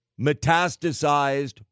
metastasized